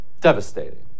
devastating